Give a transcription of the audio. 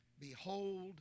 Behold